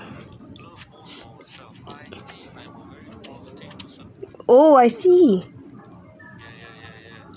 oh I see